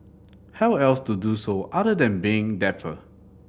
how else to do so other than being dapper